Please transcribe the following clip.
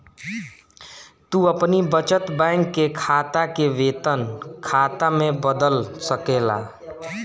तू अपनी बचत बैंक के खाता के वेतन खाता में बदल सकेला